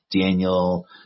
Daniel